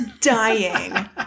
Dying